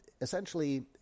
essentially